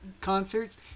concerts